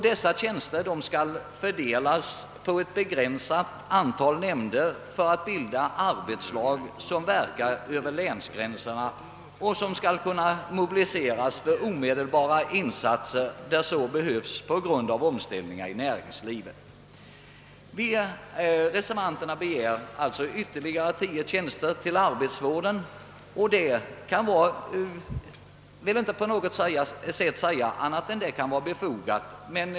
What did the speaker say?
Dessa tjänster skall fördelas på ett begränsat antal nämnder för att bilda arbetslag som verkar över länsgränserna och som skall kunna mobiliseras för omedelbara insatser där så behövs på grund av omställningar i näringslivet. Reservanterna begär alltså ytterligare 10 tjänster till arbetsvården. Jag vill inte förneka att detta kan vara befogat.